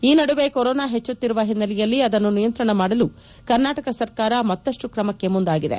ಈ ನಡುವೆ ಕೊರೊನಾ ಪೆಚ್ಚುತ್ತಿರುವ ಓನ್ನೆಲೆಯಲ್ಲಿ ಅದನ್ನು ನಿಯಂತ್ರಣ ಮಾಡಲು ಕರ್ನಾಟಕ ಸರ್ಕಾರ ಮತ್ತಷ್ಟು ತ್ರಮಕ್ಕೆ ಮುಂದಾಗಿದೆ